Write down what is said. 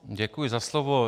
Děkuji za slovo.